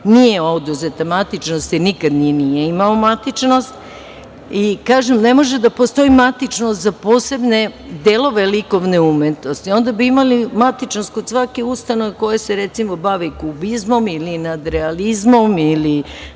Nije oduzeta matičnost, jer nikad nije ni imao matičnost. Kažem, ne može da postoji matičnost za posebne delove likovne umetnosti. Onda bi imali matičnost kod svake ustanove koja se recimo bavi kubizmom, nadrealizmom,